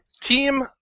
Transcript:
Team